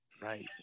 Right